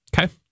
Okay